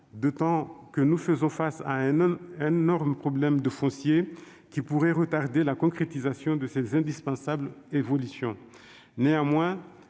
d'autant que nous faisons face à un énorme problème de foncier, lequel pourrait retarder la concrétisation de ces indispensables évolutions.